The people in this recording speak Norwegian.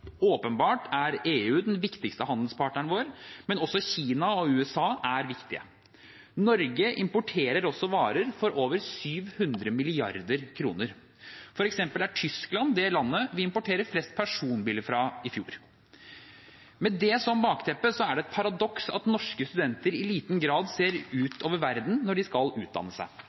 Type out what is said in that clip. Åpenbart er EU den viktigste handelspartneren vår, men også Kina og USA er viktige. Norge importerer også varer for over 700 mrd. kr. For eksempel er Tyskland det landet vi importerte flest personbiler fra i fjor. Med det som bakteppe er det et paradoks at norske studenter i liten grad ser utover verden når de skal utdanne seg.